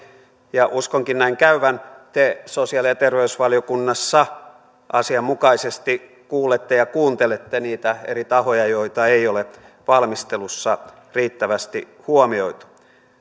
ja uskonkin näin käyvän te sosiaali ja terveysvaliokunnassa asianmukaisesti kuulette ja kuuntelette niitä eri tahoja joita ei ole valmistelussa riittävästi huomioitu